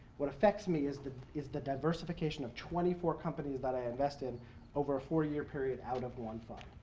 what affects me is the is the diversification of twenty four companies that i invest in over a four year period out of one fund.